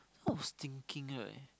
I was thinking right